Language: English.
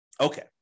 Okay